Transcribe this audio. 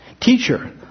teacher